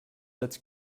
jetzt